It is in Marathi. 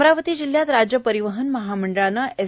अमरावती जिल्ह्यात राज्य परिवहन महामंडळाने एस